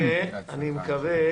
אני מקווה